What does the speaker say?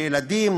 של ילדים,